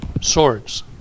swords